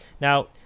Now